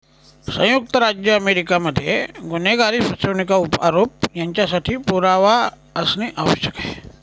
संयुक्त राज्य अमेरिका मध्ये गुन्हेगारी, फसवणुकीचा आरोप यांच्यासाठी पुरावा असणे आवश्यक आहे